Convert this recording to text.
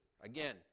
Again